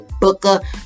Booker